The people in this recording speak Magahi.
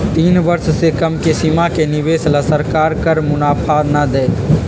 तीन वर्ष से कम के सीमा के निवेश ला सरकार कर मुनाफा ना देई